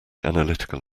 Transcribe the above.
analytical